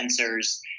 sensors